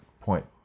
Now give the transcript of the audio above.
point